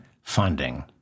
funding